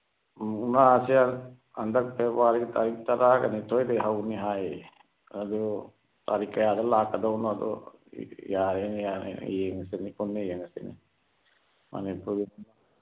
ꯃꯨꯛꯅꯥꯁꯦ ꯍꯟꯗꯛ ꯐꯦꯕ꯭ꯋꯥꯔꯤꯒꯤ ꯇꯥꯔꯤꯛ ꯇꯔꯥꯒꯅꯤꯊꯣꯏꯗꯒꯤ ꯍꯧꯅꯤ ꯍꯥꯏ ꯑꯗꯨ ꯇꯥꯔꯤꯛ ꯀꯌꯥꯗ ꯂꯥꯛꯀꯗꯧꯅꯣ ꯑꯗꯨ ꯌꯥꯔꯦ ꯌꯥꯔꯦ ꯌꯦꯡꯉꯁꯤꯅꯦ ꯄꯨꯟꯅ ꯌꯦꯡꯉꯁꯤꯅꯦ ꯃꯅꯤꯄꯨꯔ